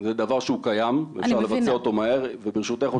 זה דבר שהוא קיים ואפשר לבצע אותו מהר וברשותך,